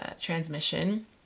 transmission